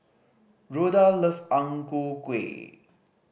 Rhoda love Ang Ku Kueh